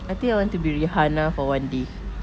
I think I want to be rihanna for one day